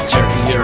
Turkey